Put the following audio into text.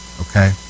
Okay